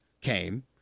came